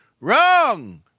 Wrong